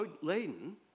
laden